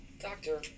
Doctor